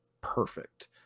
perfect